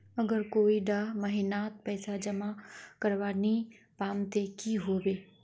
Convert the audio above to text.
अगर कोई डा महीनात पैसा जमा करवा नी पाम ते की होबे?